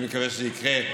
אני מקווה שזה יקרה.